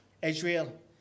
Israel